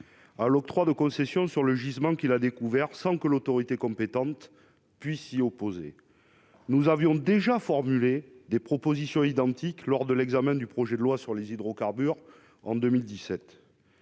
à l'octroi de concessions sur le gisement qu'il a découvert, sans que l'autorité compétente puisse s'y opposer. Nous avions déjà formulé une proposition identique lors de l'examen, en 2017, du projet de loi mettant fin à